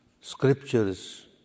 scriptures